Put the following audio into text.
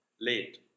late